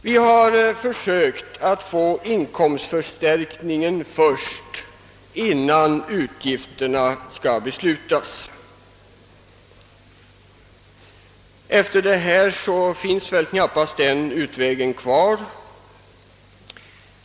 Vi har försökt att åstadkomma in "komstförstärkningen först, innan utgifterna skall beslutas. Nu finns knappäst den utvägen kvar.